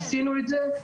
עשינו את זה,